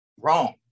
Wrong